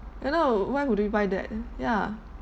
you know why would we buy that ya